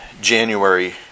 January